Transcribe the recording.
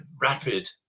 rapid